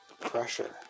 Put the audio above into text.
pressure